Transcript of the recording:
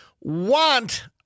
want